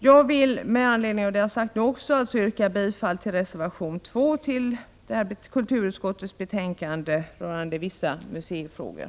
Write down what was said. Jag vill yrka bifall till reservation 2 som fogats till kulturutskottets betänkande rörande vissa museifrågor.